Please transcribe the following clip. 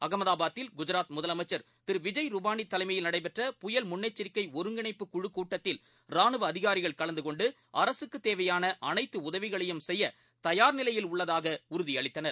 அகமதாபாதில் நடைபெற்ற கஜராத் முதலமைச்சர் திருவிஜய்ருபானிதலைமையில் புயல் முன்னெச்சரிக்கைஒருங்கிணைப்பு கூட்டத்தில் ழு ரானுவஅதிகாரிகள் கலந்துகொண்டுஅரசுக்குதேவையானஅனைத்துஉதவிகளையும் செய்யதயார்நிலையில் உள்ளதாகஉறுதிஅளித்தனர்